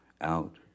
out